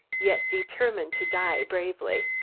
yet determined to die bravely.